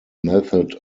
method